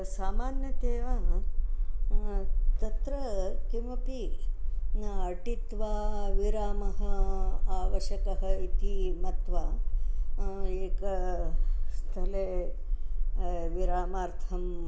सामान्यतया तत्र किमपि अटित्वा विरामः आवश्यकः इति मत्वा एकं स्थले विरामार्थम्